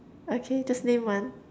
okay just name one